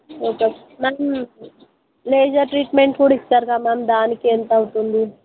ఒక ma'am laser treatment కూడా ఇస్తారుగా మ్యామ్ దానికెంతవుతుంది